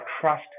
trust